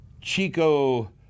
Chico